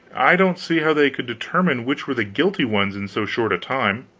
i don't see how they could determine which were the guilty ones in so short a time.